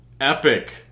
epic